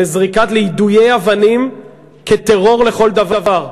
ליידויי אבנים כטרור לכל דבר.